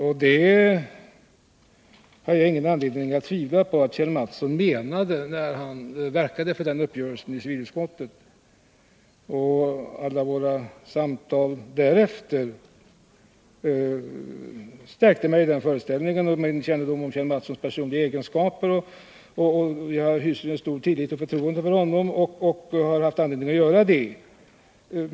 Jag har ingen anledning att tvivla på att Kjell Mattsson menade detta när han verkade för den uppgörelsen i civilutskottet. Och alla våra samtal därefter stärkte mig i den föreställningen. Med min kännedom om Kjell Mattssons personliga egenskaper hyser jag stor tillit och förtroende för honom och har haft anledning göra det.